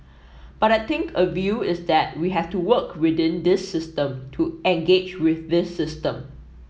but I think a view is that we have to work within this system to engage with this system